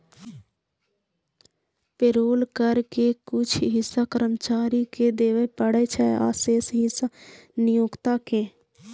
payroll कर के कुछ हिस्सा कर्मचारी कें देबय पड़ै छै, आ शेष हिस्सा नियोक्ता कें